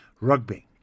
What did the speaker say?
Rugby